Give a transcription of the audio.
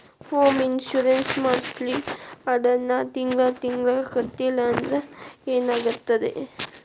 Home insurance ಮಾಡ್ಸಿ ಅದನ್ನ ತಿಂಗ್ಳಾ ತಿಂಗ್ಳಾ ಕಟ್ಲಿಲ್ಲಾಂದ್ರ ಏನಾಗ್ತದ?